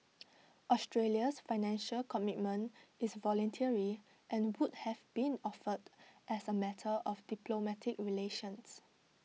Australia's Financial Commitment is voluntary and would have been offered as A matter of diplomatic relations